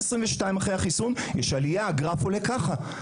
ב-2022, אחרי החיסון, יש עלייה, הגרף עולה ככה.